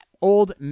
old